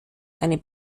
einen